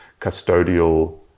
custodial